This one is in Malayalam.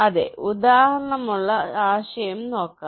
അതേ ഉദാഹരണമുള്ള ആശയം നോക്കാം